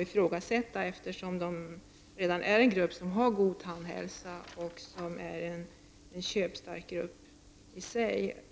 ifrågasätta, eftersom de utgör en grupp som redan har god tandhälsa. Den gruppen är också köpstark i sig.